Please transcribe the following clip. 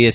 S